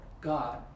God